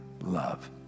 love